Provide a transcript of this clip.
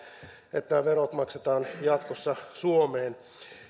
että verot maksetaan jatkossa suomeen